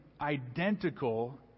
identical